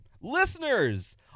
Listeners